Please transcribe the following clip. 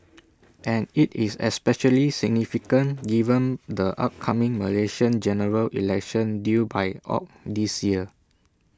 and IT is especially significant given the upcoming Malaysian General Election due by Aug this year